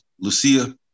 Lucia